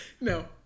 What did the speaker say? no